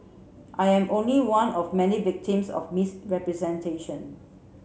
I am only one of many victims of misrepresentation